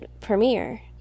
premiere